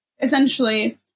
Essentially